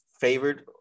favored